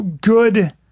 good